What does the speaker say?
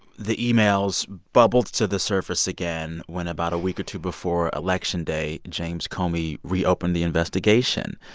the emails bubbled to the surface again when about a week or two before election day, james comey reopened the investigation.